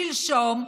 שלשום,